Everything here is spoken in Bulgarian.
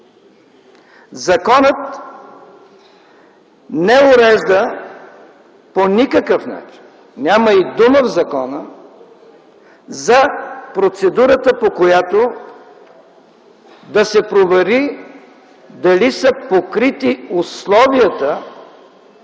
Законът не урежда по никакъв начин, няма и дума в закона за процедурата, по която да се провери дали са покрити условията,